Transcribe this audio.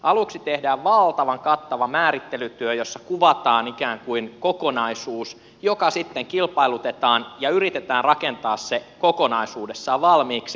aluksi tehdään valtavan kattava määrittelytyö jossa kuvataan ikään kuin kokonaisuus joka sitten kilpailutetaan ja yritetään rakentaa se kokonaisuudessaan valmiiksi